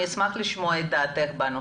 אני אשמח לשמוע את דעתך בנושא.